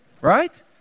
right